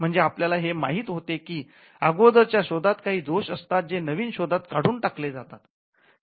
म्हणजे आपल्याला हे माहित होते की अगोदरच्या शोधात काही दोष असतात जे नवीन शोधात काढून टाकले जातात